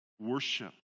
worship